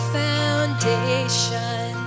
foundation